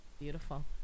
Beautiful